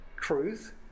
truth